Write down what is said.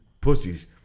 pussies